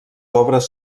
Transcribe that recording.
obres